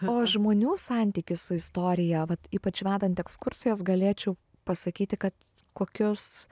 o žmonių santykis su istorija vat ypač vedant ekskursijas galėčiau pasakyti kad kokius